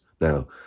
Now